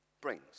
brings